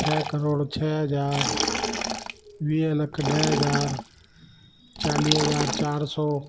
छह करोड़ छ्ह हज़ार वीह लख ॾह हज़ार चालीह हज़ार चार सौ